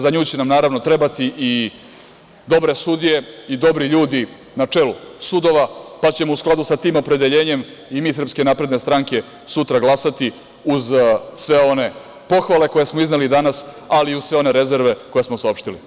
Za nju će nam naravno trebati i dobre sudije i dobri ljudi na čelu sudova, pa ćemo u skladu sa tim opredeljenjem i mi iz SNS sutra glasati uz sve one pohvale koje smo izneli danas, ali i uz sve one rezerve koje smo saopštili.